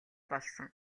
болсон